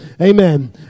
amen